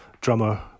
Drummer